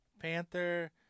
Panther